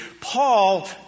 Paul